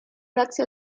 grazie